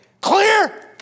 Clear